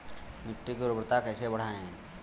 मिट्टी की उर्वरता कैसे बढ़ाएँ?